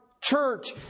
church